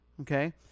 Okay